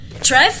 Trev